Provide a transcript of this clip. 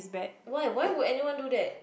why why would anyone do that